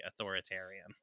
authoritarian